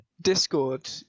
Discord